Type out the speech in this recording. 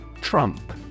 Trump